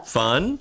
fun